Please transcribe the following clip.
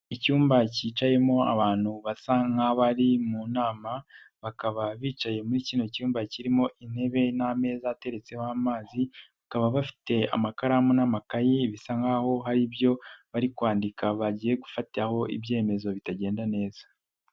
icyumba cyicayemo abantu basa nk'abari mu nama, bakaba bicaye muri kino cyumba kirimo intebe n'ameza ateretseho amazi, bakaba bafite amakaramu n'amakayi bisa nkaho hari ibyo bari kwandika bagiye gufataho ibyemezo bitagenda neza.